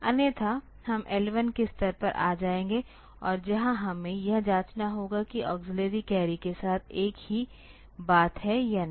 अन्यथा हम L1 के स्तर पर आ जाएंगे और जहां हमें यह जांचना होगा कि अक्सिल्लरी कैरी के साथ एक ही बात है या नहीं